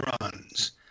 runs